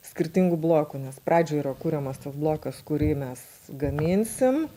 skirtingų blokų nes pradžioj yra kuriamas tas blokas kurį mes gaminsim